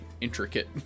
intricate